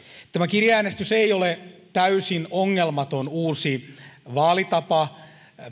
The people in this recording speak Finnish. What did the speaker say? kirjeäänestys ei ole täysin ongelmaton uusi vaalitapa